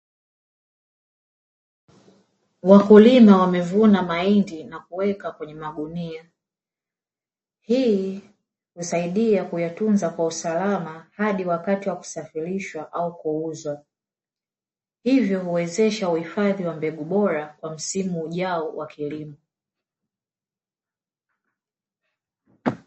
Wakulima wamevuna mahindi na kuweka kwenye magunia. Hii husaidia kuyatunza kwa usalama hadi wakati wa kusafirishwa au kuuzwa, hivyo huwezesha uhifadhi wa mbegu bora kwa msimu ujao wa kilimo.